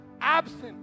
absent